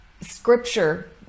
scripture